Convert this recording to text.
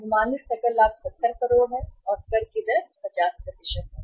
अनुमानित सकल लाभ 70 करोड़ है और कर की दर 50 है